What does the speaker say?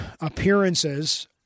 appearances